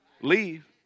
leave